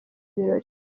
birori